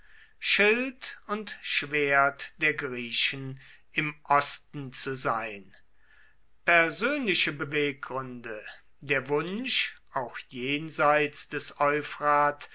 schild und schwert der griechen im osten zu sein persönliche beweggründe der wunsch auch jenseits des